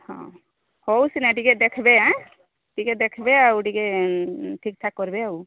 ହଁ ହଉ ସିନା ଟିକେ ଦେଖ୍ବେ ଏଁ ଟିକେ ଦେଖ୍ବେ ଆଉ ଟିକେ ଠିକ୍ଠାକ୍ କର୍ବେ ଆଉ